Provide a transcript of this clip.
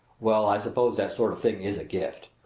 well, i suppose that sort of thing is a gift.